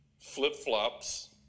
flip-flops